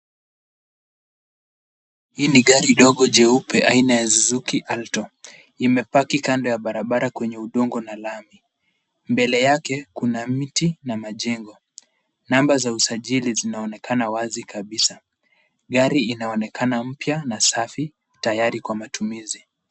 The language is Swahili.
Hii ni gari dogo jeupe aina ya Suzuki Alto, imepaki kando ya barabara kwenye udongo na lami. Mbele yake kuna miti na majengo, namba za usajili zinaonekana wazi kabisa, gari inaonekana mpya na safi tayari kwa matumizi.